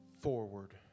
forward